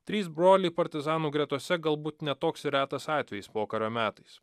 trys broliai partizanų gretose galbūt ne toks ir retas atvejis pokario metais